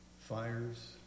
fires